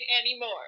anymore